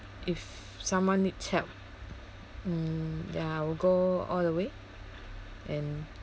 if someone needs help mm ya I'll go all the way and